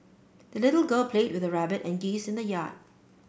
the little girl played with her rabbit and geese in the yard